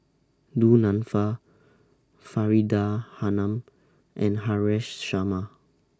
Du Nanfa Faridah Hanum and Haresh Sharma